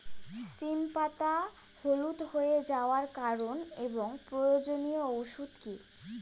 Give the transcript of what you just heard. সিম পাতা হলুদ হয়ে যাওয়ার কারণ এবং প্রয়োজনীয় ওষুধ কি?